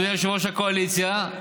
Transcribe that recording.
אדוני יושב-ראש הקואליציה,